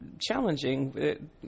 challenging